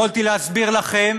יכולתי להסביר לכם